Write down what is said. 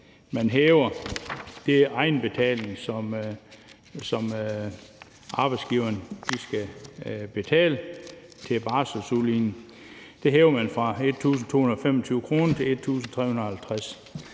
man hæver den egenbetaling, som arbejdsgiveren skal betale til barselsudligning, fra 1.225 kr. til 1.350 kr.